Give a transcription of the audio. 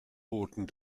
boten